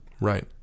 Right